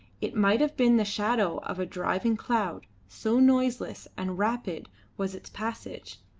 it might have been the shadow of a driving cloud, so noiseless and rapid was its passage,